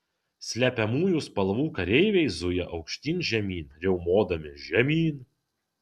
slepiamųjų spalvų kareiviai zuja aukštyn žemyn riaumodami žemyn